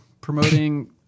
promoting